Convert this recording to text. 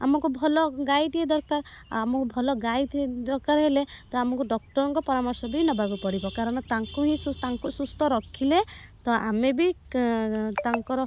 ଆମକୁ ଭଲ ଗାଈଟିଏ ଦରକାର ଆମକୁ ଭଲ ଗାଈଟିଏ ଦରକାର ହେଲେ ତ ଆମକୁ ଡାକ୍ତରଙ୍କ ପରାମର୍ଶ ବି ନବାକୁ ପଡ଼ିବ କାରଣ ତାଙ୍କୁ ହିଁ ସୁସ ତାଙ୍କୁ ସୁସ୍ଥ ରଖିଲେ ତ ଆମେ ବି ତାଙ୍କର